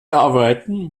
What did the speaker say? arbeiten